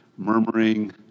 murmuring